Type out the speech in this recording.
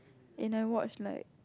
and I watch like